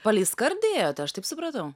palei skardį ėjot aš taip supratau